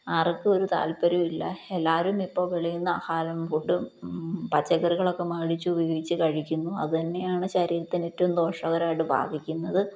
ആർക്കും ഒരു താല്പര്യവും ഇല്ല എല്ലാരും ഇപ്പോള് വെളിയില്നിന്ന് ആഹാരവും ഫുഡും പച്ചക്കറികളുമൊക്കെ വാങ്ങിച്ചുപയോഗിച്ചു കഴിക്കുന്നു അതു തന്നെയാണു ശരീരത്തിന് ഏറ്റവും ദോഷകരമായിട്ടു ബാധിക്കുന്നത്